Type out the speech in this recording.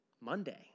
Monday